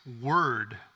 word